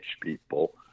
people